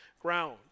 ground